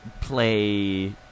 play